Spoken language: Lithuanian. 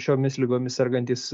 šiomis ligomis sergantys